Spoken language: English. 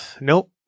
nope